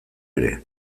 ere